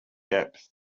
depth